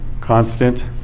constant